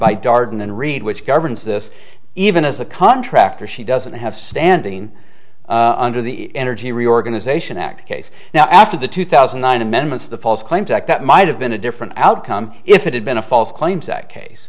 by darden and reed which governs this even as a contractor she doesn't have standing under the energy reorganization act case now after the two thousand and nine amendments to the false claims act that might have been a different outcome if it had been a false claims act case